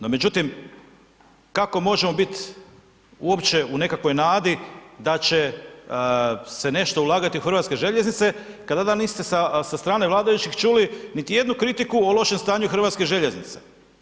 No, međutim kako možemo bit uopće u nekakvoj nadi da će se nešto ulagati u hrvatske željeznice kada niste sa strane vladajućih čuli niti jednu kritiku o lošem stanju hrvatskih željeznica.